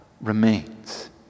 remains